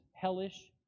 hellish